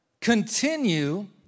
continue